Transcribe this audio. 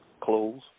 clothes